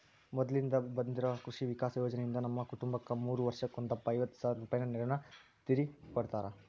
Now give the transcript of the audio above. ಮೊದ್ಲಿಂದ ಬಂದಿರೊ ಕೃಷಿ ವಿಕಾಸ ಯೋಜನೆಯಿಂದ ನಮ್ಮ ಕುಟುಂಬಕ್ಕ ಮೂರು ವರ್ಷಕ್ಕೊಂದಪ್ಪ ಐವತ್ ಸಾವ್ರ ರೂಪಾಯಿನ ನೆರವಿನ ರೀತಿಕೊಡುತ್ತಾರ